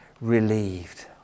relieved